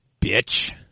Bitch